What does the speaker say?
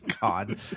God